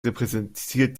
repräsentiert